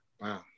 Wow